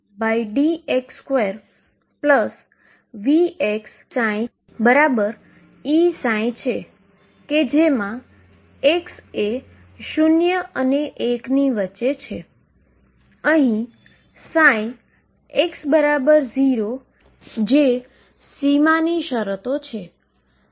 જો તમે તેને કાળજીપૂર્વક જોશો તો તમે જોઈ શકશો કે કે આ પદ દુર થઈ ગયેલ છે